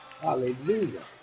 Hallelujah